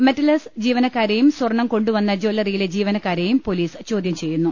മെറ്റലേഴ്സ് ജീവ നക്കാരെയും സ്വർണം കൊണ്ടുവന്ന ജല്ലറിയിലെ ജീവനക്കാ രെയും പൊലീസ് ചോദ്യം ചെയ്യുന്നു